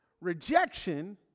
rejection